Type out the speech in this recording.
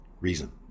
reason